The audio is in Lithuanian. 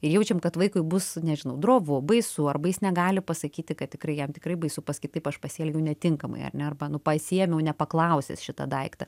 ir jaučiam kad vaikui bus nežinau drovu baisu arba jis negali pasakyti kad tikrai jam tikrai baisu pasakyt taip aš pasielgiau netinkamai ar ne arba nu pasiėmiau nepaklausęs šitą daiktą